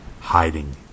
hiding